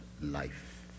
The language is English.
life